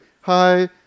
hi